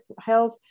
health